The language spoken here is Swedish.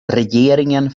regeringen